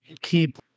keep